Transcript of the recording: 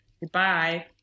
goodbye